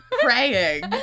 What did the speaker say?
praying